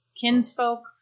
kinsfolk